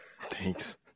Thanks